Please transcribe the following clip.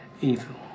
evil